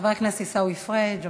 חבר הכנסת עיסאווי פריג',